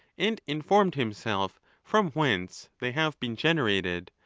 and informed himself from whence they have been generated,